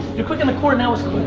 you're quick on the court and that was